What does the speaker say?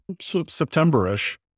September-ish